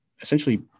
essentially